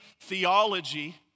theology